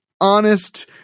Honest